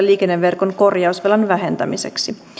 liikenneverkon korjausvelan vähentämiseksi